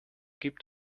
gibt